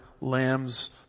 lamb's